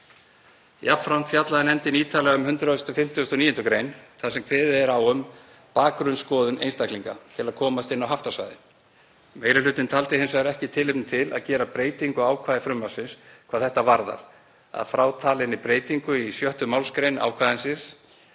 Jafnframt fjallaði nefndin ítarlega um 159. gr. þar sem kveðið er á um bakgrunnsskoðun einstaklinga til að komast inn á haftasvæði. Meiri hlutinn taldi hins vegar ekki tilefni til að gera breytingu á ákvæði frumvarpsins hvað þetta varðar, að frátalinni breytingu í 6. mgr. ákvæðisins